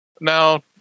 now